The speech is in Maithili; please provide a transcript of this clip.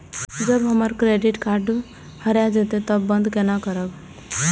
जब हमर क्रेडिट कार्ड हरा जयते तब बंद केना करब?